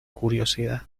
curiosidad